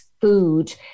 food